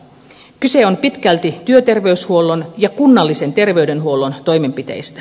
kyse on pitkälti työterveyshuollon ja kunnallisen terveydenhuollon toimenpiteistä